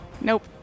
Nope